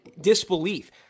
disbelief